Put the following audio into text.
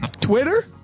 Twitter